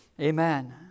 Amen